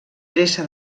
dreça